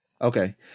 Okay